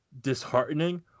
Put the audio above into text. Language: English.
disheartening